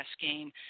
game